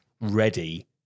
ready